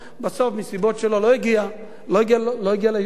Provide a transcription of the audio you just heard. בסוף, מסיבות שלו לא הגיע, לא הגיע לפגישה.